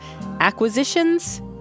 acquisitions